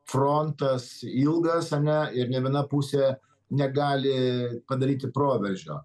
frontas ilgas ane ir nė viena pusė negali padaryti proveržio